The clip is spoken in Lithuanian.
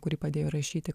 kurį padėjo įrašyti